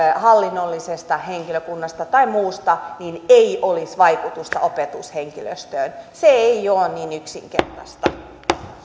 hallinnollisesta henkilökunnasta tai muusta niin ei olisi vaikutusta opetushenkilöstöön se ei ole niin yksinkertaista